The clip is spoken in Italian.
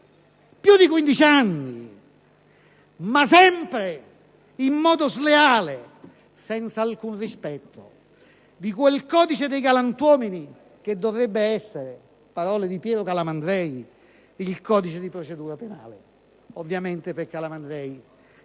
più di 15 anni, ma sempre in modo sleale, senza alcun rispetto di quel codice dei galantuomini che dovrebbe essere - parole di Piero Calamandrei - il codice di procedura penale (ma ovviamente per Calamandrei